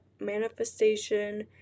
manifestation